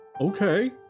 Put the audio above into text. Okay